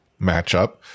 matchup